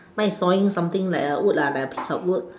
mine is sawing something like a wood lah like a piece of wood